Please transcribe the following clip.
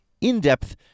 in-depth